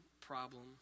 problem